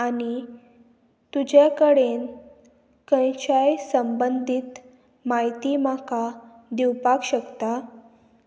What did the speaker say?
आनी तुजे कडेन खंयच्याय संबंदीत म्हायती म्हाका दिवपाक शकता